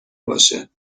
باشه